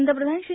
पंतप्रधान श्री